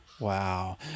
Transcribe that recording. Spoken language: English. Wow